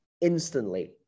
instantly